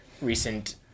recent